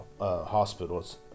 Hospitals